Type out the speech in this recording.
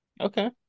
Okay